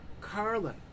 Carlin